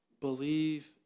Believe